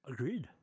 Agreed